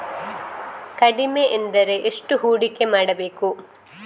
ಕಡಿಮೆ ಎಂದರೆ ಎಷ್ಟು ಹೂಡಿಕೆ ಮಾಡಬೇಕು?